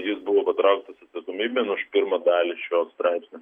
jis buvo patrauktas atsakomybėn už pirmą dalį šio straipsnio